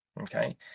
Okay